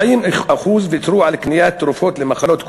40% ויתרו על קניית תרופות למחלות כרוניות.